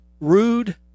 Rude